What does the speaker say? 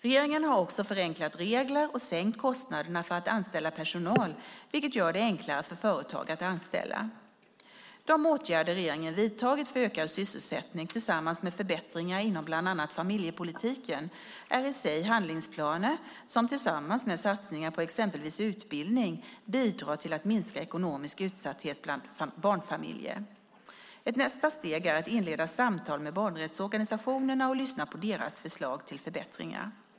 Regeringen har också förenklat regler och sänkt kostnaderna för att anställa personal, vilket gör det enklare för företag att anställa. De åtgärder regeringen vidtagit för ökad sysselsättning, tillsammans med förbättringar inom bland annat familjepolitiken, är i sig handlingsplaner som tillsammans med satsningar på exempelvis utbildning bidrar till att minska ekonomisk utsatthet bland barnfamiljer. Ett nästa steg är att inleda samtal med barnrättsorganisationerna och att lyssna på deras förslag till förbättringar.